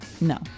No